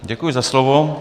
Děkuji za slovo.